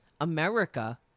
America